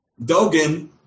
Dogen